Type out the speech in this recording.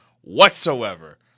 whatsoever